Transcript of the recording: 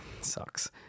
sucks